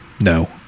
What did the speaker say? No